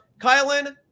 kylan